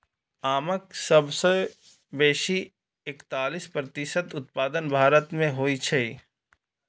आमक सबसं बेसी एकतालीस प्रतिशत उत्पादन भारत मे होइ छै